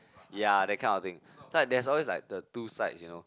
ya that kind of thing so like there's always like the two sides you know